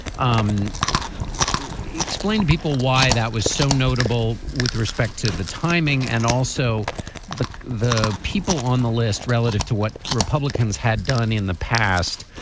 um we explain to people why that was so notable. with respect to the timing and also the the people on the list relative to what republicans had done in the past.